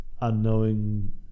unknowing